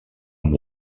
amb